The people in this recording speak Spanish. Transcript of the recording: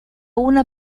una